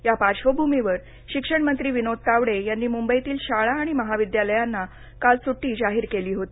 या पार्श्वभूमीवर शिक्षणमंत्री विनोद तावडे यांनी म्ंबईतील शाळा आणि महाविदयालयांना काल स्टी जाहीर केली होती